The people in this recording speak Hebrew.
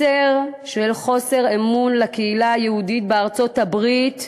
מסר של חוסר אמון לקהילה היהודית בארצות-הברית,